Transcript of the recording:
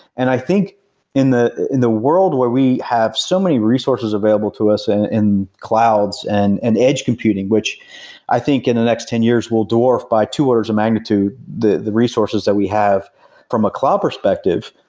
and i think in the in the world where we have so many resources available to us and in clouds and and edge computing, which i think in the next ten years will dwarf by two orders of magnitude, the the resources that we have from a cloud perspective,